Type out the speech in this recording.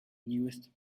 newest